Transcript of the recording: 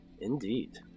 Indeed